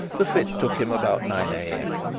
the fit took him about nine am.